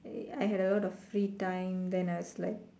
I I had a lot of free time then I was like